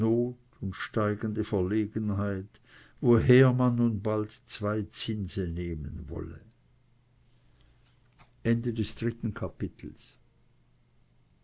und steigende verlegenheit woher man nun bald zwei zinse nehmen wolle